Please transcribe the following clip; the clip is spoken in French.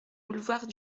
boulevard